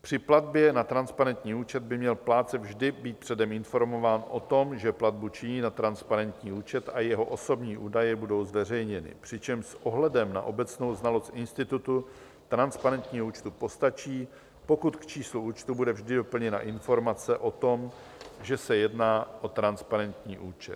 Při platbě na transparentní účet by měl být plátce vždy předem informován o tom, že platbu činí na transparentní účet a že jeho osobní údaje budou zveřejněny, přičemž s ohledem na obecnou znalost institutu transparentního účtu postačí, pokud k číslu účtu bude vždy doplněna informace o tom, že se jedná o transparentní účet.